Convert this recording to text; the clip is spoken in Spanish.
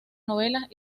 novelas